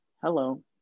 Hello